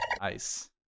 ice